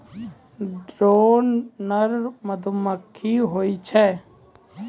drone नर मधुमक्खी होय छै